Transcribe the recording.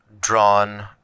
drawn